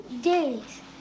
days